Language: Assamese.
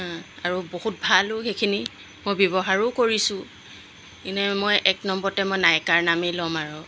আৰু বহুত ভালো সেইখিনি মই ব্যৱহাৰো কৰিছোঁ এনেই মই এক নম্বৰতে মই নায়কাৰ নামেই ল'ম আৰু